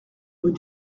rue